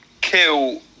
kill